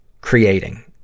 creating